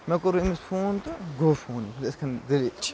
مےٚ کوٚر أمِس فون تہٕ گوٚو فون یِتھ کٔنۍ دٔلیٖل چھِ